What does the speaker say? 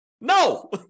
No